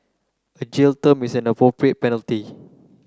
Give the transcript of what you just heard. a jail term is an appropriate penalty